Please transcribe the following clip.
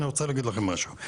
אני רוצה להגיד לכם משהו,